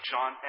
John